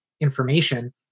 information